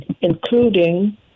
including